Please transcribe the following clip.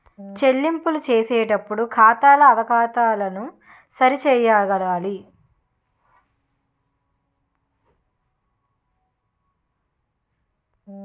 చెల్లింపులు చేసేటప్పుడు ఖాతాల అవకతవకలను సరి చేయగలగాలి